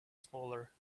smaller